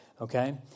okay